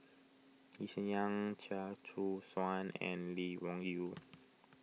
Lee Hsien Yang Chia Choo Suan and Lee Wung Yew